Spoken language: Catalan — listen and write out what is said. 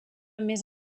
més